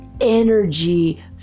energy